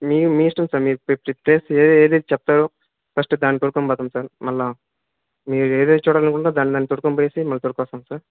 మీరు మీ ఇష్టం సార్ మీరు ప్లేస్ ఏదైతే చెప్తారో ఫస్ట్ దానికి తీసుకుని పోతాం సార్ మళ్ళీ మీరు ఏదైతే చూడాలనుకుంటున్నారో దాని దగ్గరికి తీసుకుని పోయి వచ్చి మళ్ళీ తీసుకొస్తాం సార్